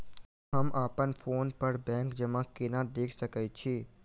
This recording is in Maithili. हम अप्पन फोन पर बैंक जमा केना देख सकै छी?